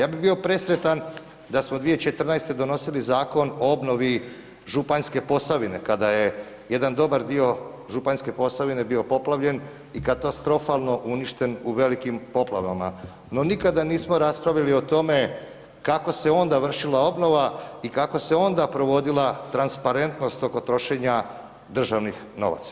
Ja bi bio presretan da smo 2014. donosili zakon o obnovi Županjske Posavine kada je jedan dobar dio Županjske Posavine bio poplavljen i katastrofalno uništen u velikim poplavama, no nikada nismo raspravili o tome kako se onda vršila obnova i kako se onda provodila transparentnost oko trošenja državnih novaca.